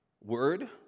word